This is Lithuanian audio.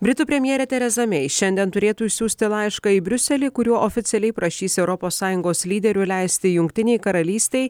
britų premjerė tereza mei šiandien turėtų išsiųsti laišką į briuselį kuriuo oficialiai prašys europos sąjungos lyderių leisti jungtinei karalystei